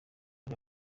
ari